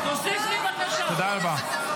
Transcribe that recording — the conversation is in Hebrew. תודה רבה.